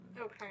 Okay